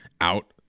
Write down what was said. out